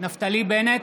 נפתלי בנט,